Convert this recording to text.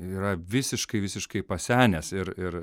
yra visiškai visiškai pasenęs ir ir